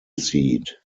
seat